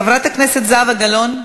חברת הכנסת זהבה גלאון,